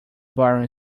boring